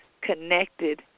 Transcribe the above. connected